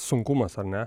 sunkumas ar ne